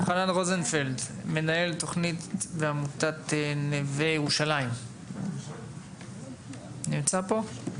אלחנן רוזנפלד מנהל תכנית ועמותת נווה ירושלים נמצא פה?